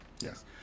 Yes